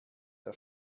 der